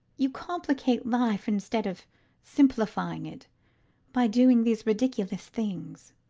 you complicate life instead of simplifying it by doing these ridiculous things.